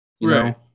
Right